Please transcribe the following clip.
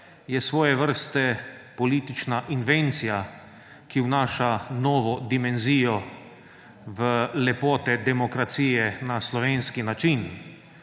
je svoje vrste politična invencija, ki vnaša novo dimenzijo v lepote demokracije na slovenski način.